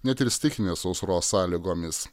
net ir stichinės sausros sąlygomis